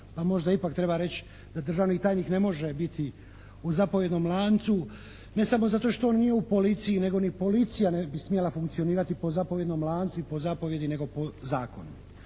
možda ipak treći da državni tajnik ne može biti u zapovjednom lancu, ne samo zato što on nije u policiji nego ni policija ne bi smjela funkcionirati po zapovjednom lancu i po zapovijedi nego po zakonu.